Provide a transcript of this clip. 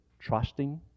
trusting